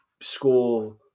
school